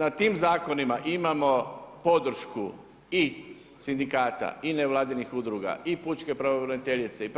Na tim zakonima imamo podršku i sindikata i nevladinih udruga i pučke pravobraniteljice i